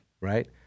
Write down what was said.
right